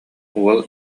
уол